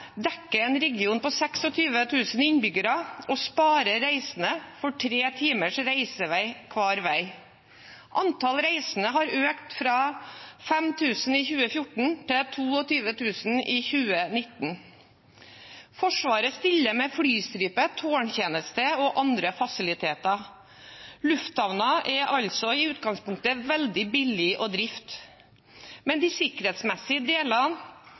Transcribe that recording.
dekker en region på 26 000 innbyggere og sparer reisende for tre timers reisevei hver vei. Antallet reisende har økt fra 5 000 i 2014 til 22 000 i 2019. Forsvaret stiller med flystripe, tårntjeneste og andre fasiliteter. Lufthavnen er altså i utgangspunktet veldig billig